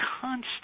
constant